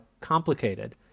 complicated